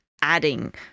adding